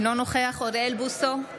אינו נוכח אוריאל בוסו,